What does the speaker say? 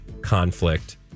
conflict